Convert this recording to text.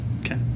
Okay